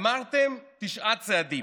אמרתם תשעה צעדים.